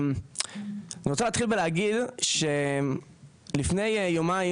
אני רוצה להתחיל ולהגיד שלפני יומיים,